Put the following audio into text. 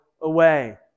away